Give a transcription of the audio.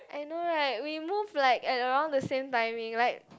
I know right we move like at around the same timing like